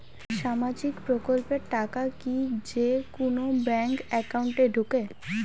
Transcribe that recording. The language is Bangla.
সামাজিক প্রকল্পের টাকা কি যে কুনো ব্যাংক একাউন্টে ঢুকে?